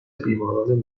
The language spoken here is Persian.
بیماران